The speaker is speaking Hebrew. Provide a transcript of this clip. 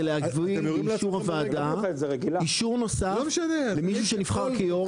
זה להביא לאישור הוועדה אישור נוסף למישהו שנבחר כיו"ר,